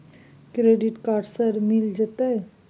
Credit card सर मिल जेतै?